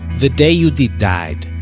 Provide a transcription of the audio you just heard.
the day yehudit died,